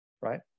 right